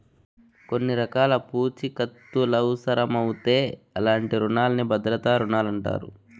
కొన్ని రకాల పూఛీకత్తులవుసరమవుతే అలాంటి రునాల్ని భద్రతా రుణాలంటారు